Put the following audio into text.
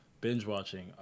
Binge-watching